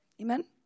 Amen